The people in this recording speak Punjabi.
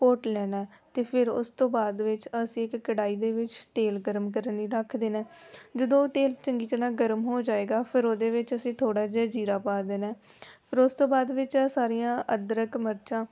ਘੋਟ ਲੈਣਾ ਅਤੇ ਫਿਰ ਉਸ ਤੋਂ ਬਾਅਦ ਵਿੱਚ ਅਸੀਂ ਇੱਕ ਕੜਾਹੀ ਦੇ ਵਿੱਚ ਤੇਲ ਗਰਮ ਕਰਨ ਲਈ ਰੱਖ ਦੇਣਾ ਜਦੋਂ ਉਹ ਤੇਲ ਚੰਗੀ ਤਰ੍ਹਾਂ ਗਰਮ ਹੋ ਜਾਏਗਾ ਫਿਰ ਉਹ ਦੇ ਵਿੱਚ ਅਸੀਂ ਥੋੜ੍ਹਾ ਜਿਹਾ ਜੀਰਾ ਪਾ ਦੇਣਾ ਫਿਰ ਉਸ ਤੋਂ ਬਾਅਦ ਵਿੱਚ ਆਹ ਸਾਰੀਆਂ ਅਦਰਕ ਮਿਰਚਾਂ